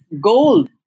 gold